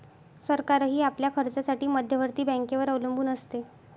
सरकारही आपल्या खर्चासाठी मध्यवर्ती बँकेवर अवलंबून असते